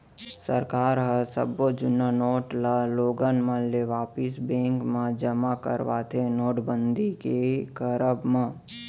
सरकार ह सब्बो जुन्ना नोट ल लोगन मन ले वापिस बेंक म जमा करवाथे नोटबंदी के करब म